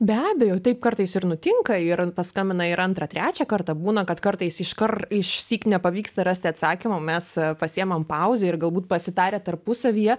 be abejo taip kartais ir nutinka ir paskambina ir antrą trečią kartą būna kad kartais iškar išsyk nepavyksta rasti atsakymo mes pasiemam pauzę ir galbūt pasitarę tarpusavyje